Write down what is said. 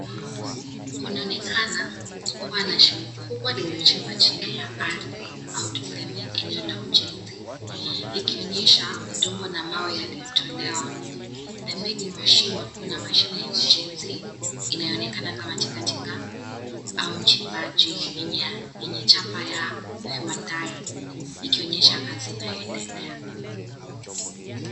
Kunaonekana kuwa na shimo kubwa lililochimbwa chini ya ardhi au tuseme eneo la ujenzi likionyesha udongo na mawe yaliyotolewa. Pembeni mwa shimo kuna mashine ya ujenzi inayoonekana kama tinga tinga au mchimbaji yenye chapa ya Hyundai ikionyesha kazi inayoendelea.